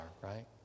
right